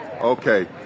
Okay